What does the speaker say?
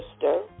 sister